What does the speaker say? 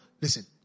Listen